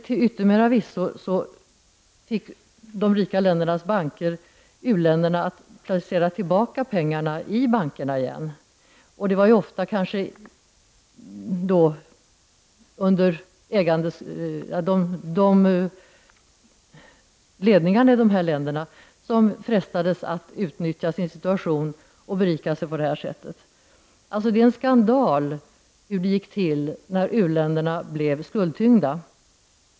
Till yttermera visso fick de rika ländernas banker u-länderna att placera tillbaka pengarna i bankerna igen. Ledningarna i de här länderna frestades att utnyttja situationen och berika sig på det sättet. Det är en skandal hur det gick till när u-länderna blev skuldtyngda.